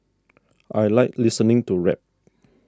I like listening to rap